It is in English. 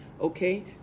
Okay